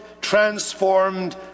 transformed